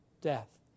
death